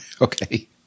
Okay